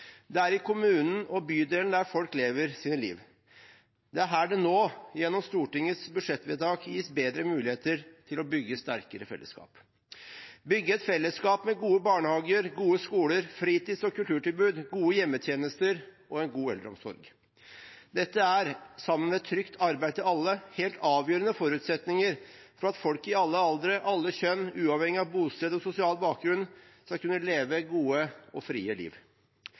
Det er i kommunen og bydelen folk lever sitt liv. Det er her det nå, gjennom Stortingets budsjettvedtak, gis bedre muligheter til å bygge sterkere fellesskap, bygge et fellesskap med gode barnehager, gode skoler, fritids- og kulturtilbud, gode hjemmetjenester og en god eldreomsorg. Dette er, sammen med trygt arbeid til alle, helt avgjørende forutsetninger for at folk i alle aldre, av alle kjønn og uavhengig av bosted og sosial bakgrunn skal kunne leve et godt, fritt liv.